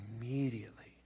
immediately